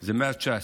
119,